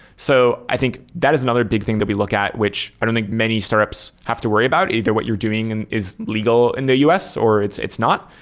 so i think that is another big thing that we look at, which i don't think many startups have to worry about. either what you're doing and is legal in the us or it's it's not.